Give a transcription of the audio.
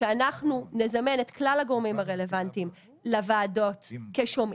שאנחנו נזמן את כלל הגורמים הרלוונטיים לוועדות כשומעים.